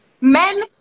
Men